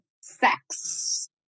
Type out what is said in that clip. sex